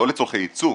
לא לצורכי ייצוא,